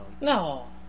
No